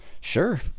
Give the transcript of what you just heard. Sure